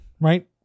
right